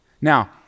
Now